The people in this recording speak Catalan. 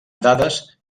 dades